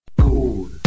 Cool